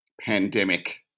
pandemic